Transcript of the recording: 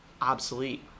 obsolete